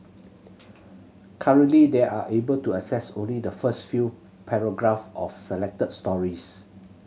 currently they are able to access only the first few paragraph of selected stories